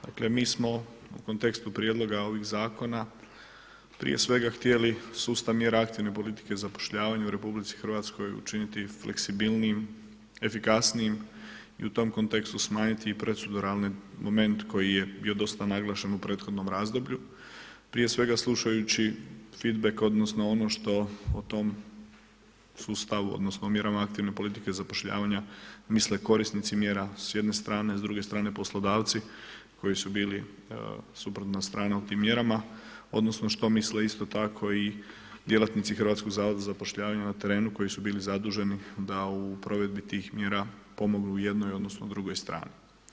Dakle mi smo u kontekstu prijedloga ovih zakona prije svega htjeli sustav mjera aktivne politike i zapošljavanja u RH učiniti fleksibilnijim, efikasnijim i u tom kontekstu smanjiti i proceduralni moment koji je bio dosta naglašen u prethodnom razdoblju prije svega slušajući feedback odnosno ono što o tom sustavu, odnosno mjerama aktivne politike i zapošljavanja misle korisnici mjera s jedne strane a s druge strane poslodavci koji su bili suprotna strana u tim mjerama, odnosno što misle isto tako i djelatnici Hrvatskog zavoda za zapošljavanje na terenu koji su bili zaduženi da u provedbi tih mjera pomognu jednoj odnosno drugoj strani.